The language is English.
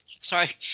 sorry